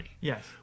yes